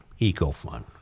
EcoFund